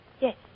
Yes